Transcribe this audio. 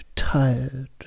Tired